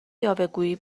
یاوهگویی